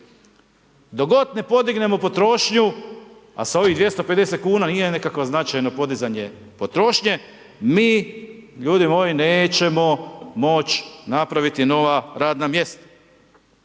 Dok god ne podignemo potrošnju, a sa ovih 250,00 kn nije nekakvo značajno podizanje potrošnje, mi, ljudi moji, nećemo moći napraviti nova radna mjesta.